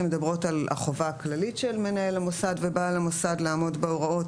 שמדברות על החובה הכללית של מנהל המוסד ובעל המוסד לעמוד בהוראות,